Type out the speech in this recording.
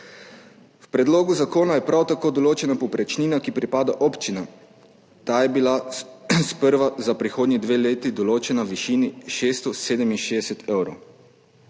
V predlogu zakona je prav tako določena povprečnina, ki pripada občinam. Ta je bila sprva za prihodnji dve leti določena v višini 667 evrov.